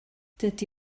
dydy